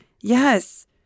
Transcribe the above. Yes